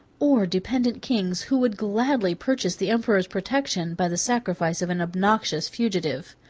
or dependent kings, who would gladly purchase the emperor's protection by the sacrifice of an obnoxious fugitive.